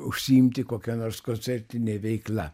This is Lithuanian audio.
užsiimti kokia nors koncertine veikla